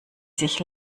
sich